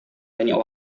banyak